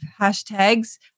hashtags